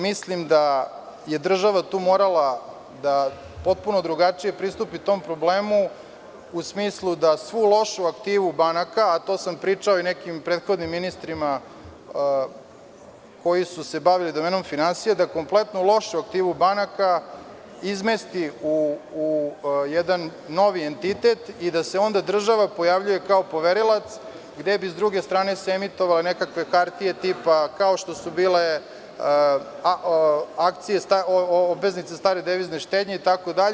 Mislim da je država tu morala da potpuno drugačije pristupi tom problemu u smislu da svu lošu aktivu banaka, a to smo pričali nekim prethodnim ministrima koji su se bavili domenom finansija, da kompletno lošu aktivu banaka izmesti u jedan novi entitet i da se onda država pojavljuje kao poverilac, gde bi sa druge strane se emitovale nekakve hartije kao što su bile obveznice stare devizne štednje, itd.